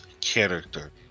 character